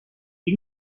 the